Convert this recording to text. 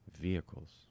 Vehicles